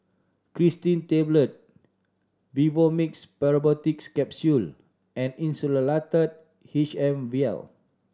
Cetirizine Tablet Vivomixx Probiotics Capsule and Insulatard H M Vial